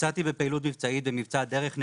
נפצעתי בפעילות מבצעית במבצע 'דרך נחושה',